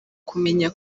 kumenya